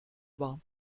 war